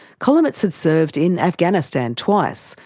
kolomeitz had served in afghanistan twice,